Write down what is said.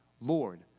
Lord